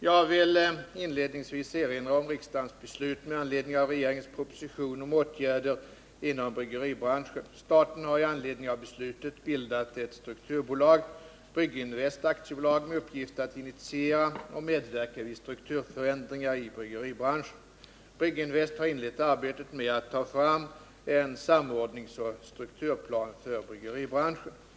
Jag vill inledningsvis erinra om riksdagens beslut med anledning av regeringens proposition om åtgärder inom bryggeribranschen. Staten har med anledning av beslutet bildat ett strukturbolag, Brygginvest AB, med uppgift att initiera och medverka vid strukturförändringar i bryggeribranschen. Brygginvest har inlett arbetet med att ta fram en samordningsoch strukturplan för bryggeribranschen.